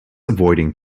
avoiding